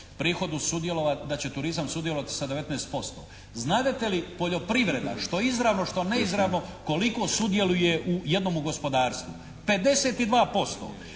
prihodu sudjelovati, da će turizam sudjelovati sa 19%. Znadete li poljoprivreda što izravno što neizravno koliko sudjeluje u jednomu gospodarstvu? 52%.